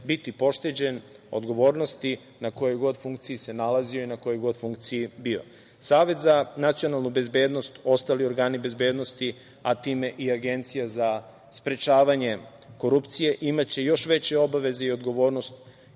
biti pošteđen odgovornosti, na kojoj god funkciji se nalazio i na kojoj god funkciji bio. Savet za nacionalnu bezbednost, ostali organi bezbednosti, a time i Agencija za sprečavanje korupcije imaće još veće obaveze i odgovornost